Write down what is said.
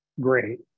great